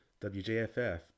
WJFF